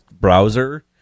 browser